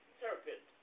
serpent